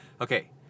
Okay